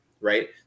right